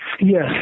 Yes